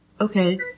okay